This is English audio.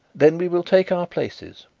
then we will take our places.